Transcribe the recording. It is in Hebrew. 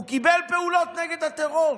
הוא קיבל פעולות נגד הטרור?